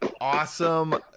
awesome